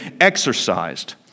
exercised